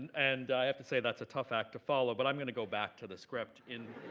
and i have to say, that's a tough act to follow, but i'm going to go back to the script. in